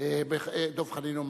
דב חנין.